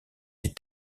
des